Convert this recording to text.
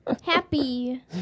happy